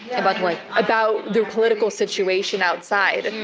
about what? about the political situation outside.